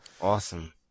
Awesome